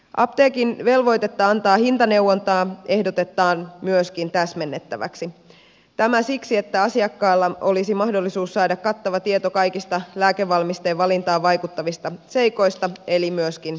apteekin velvoitetta antaa hintaneuvontaa ehdotetaan myöskin täsmennettäväksi tämä siksi että asiakkaalla olisi mahdollisuus saada kattava tieto kaikista lääkevalmisteen valintaan vaikuttavista seikoista eli myöskin hinnasta